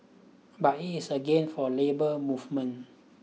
but it is a gain for labour movement